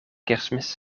kerstmis